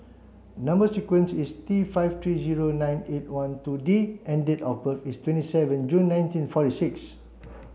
number sequence is T five three zero nine eight one two D and date of birth is twenty seven June nineteen forty six